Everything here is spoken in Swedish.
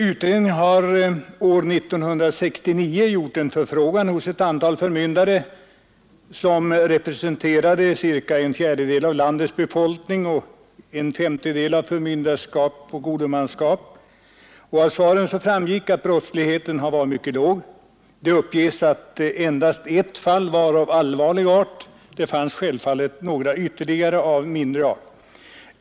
Utredningen hade år 1969 gjort en förfrågan hos ett antal förmyndare, som representerade distrikt med omkring en fjärdedel av landets befolkning och en femtedel av förmynderskap och godmanskap. Av svaren framgick att brottsligheten varit mycket låg. Det uppges att endast ett fall var av allvarlig art. Självfallet fanns det ytterligare några fall av mindre allvarlig art.